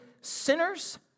sinners